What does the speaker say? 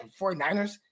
49ers